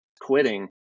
quitting